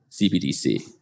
CBDC